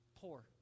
poor